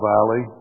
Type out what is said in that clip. Valley